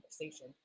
conversation